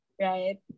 right